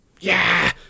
Yeah